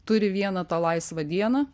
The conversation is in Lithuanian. turi vieną tą laisvą dieną